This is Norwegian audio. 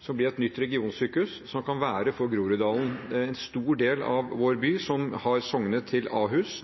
som blir et nytt regionsykehus, som kan være for Groruddalen, en stor del av vår by som har sognet til Ahus.